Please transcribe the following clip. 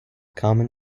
common